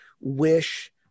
wish